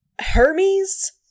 Hermes